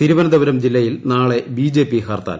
തിരുവനന്തപുരം ജില്ലയിൽ നാളെ ബിജെപി ഹർത്താൽ